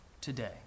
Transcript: today